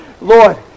Lord